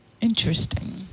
Interesting